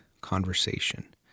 conversation